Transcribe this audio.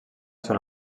són